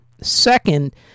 Second